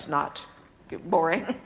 not boring?